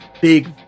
big